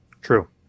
True